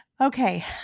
Okay